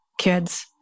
kids